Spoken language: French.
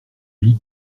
lis